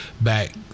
back